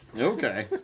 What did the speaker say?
Okay